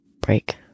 break